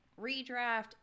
redraft